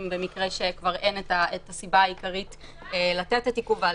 במקרה שאין כבר את הסיבה העיקרית לתת את עיכוב ההליכים,